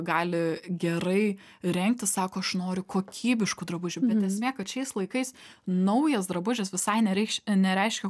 gali gerai rengtis sako aš noriu kokybiškų drabužių bet esmė kad šiais laikais naujas drabužis visai nereikš nereiškia